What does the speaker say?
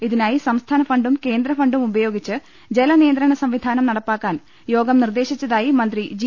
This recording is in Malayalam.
ഇതിനായി സംസ്ഥാനഫണ്ടും കേന്ദ്രഫണ്ടും ഉപയോഗിച്ച് ജലനിയന്ത്രണ സംവിധാനം നടപ്പാക്കാൻ യോഗം നിർദ്ദേശിച്ചതായി മന്ത്രി ജി